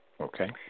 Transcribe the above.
Okay